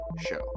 show